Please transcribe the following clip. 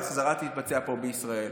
ההחזרה תתבצע פה בישראל.